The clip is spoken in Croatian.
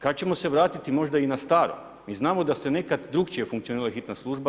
Kad ćemo se vratiti možda i na staro jer znamo da je nekad drukčije funkcionirala hitna služba.